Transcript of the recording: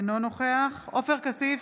אינו נוכח עופר כסיף,